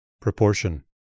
Proportion